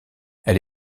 elle